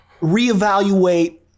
reevaluate